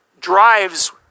drives